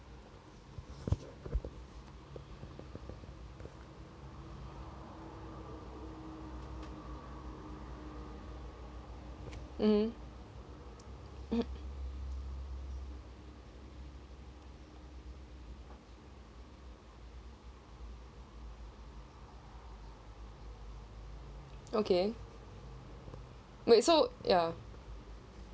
mmhmm okay wait so ya